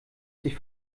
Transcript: sich